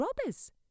robbers